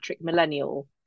millennial